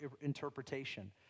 interpretation